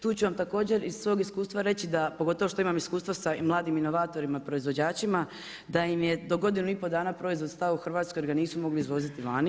Tu ću vam također iz svog iskustva reći, da pogotovo što imam iskustva sa mladim inovatorima, proizvođačima da im je do godinu i pol dana proizvod u Hrvatskoj jer ga nisu mogli izvoziti vani.